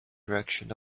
direction